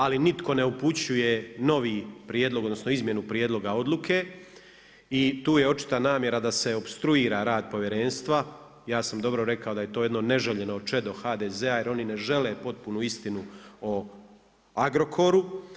Ali nitko ne uopćuje novi prijedlog, odnosno izmjenu prijedlogu odluke i tu je očita namjera da se opstruira rad povjerenstva, ja sam dobro rekao da je to jedno neželjeno čedo HDZ-a jer oni ne žele potpunu istinu o Agrokoru.